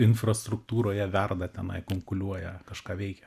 infrastruktūroje verda tenai kunkuliuoja kažką veikia